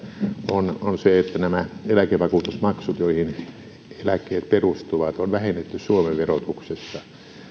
on on se että nämä eläkevakuutusmaksut joihin eläkkeet perustuvat on vähennetty suomen verotuksessa